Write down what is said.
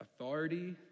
authority